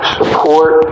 support